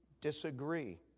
disagree